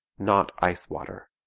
not ice water.